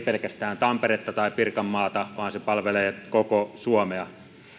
pelkästään tamperetta tai pirkanmaata vaan palvelee koko suomea